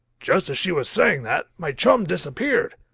just as she was saying that, my chum disappeared.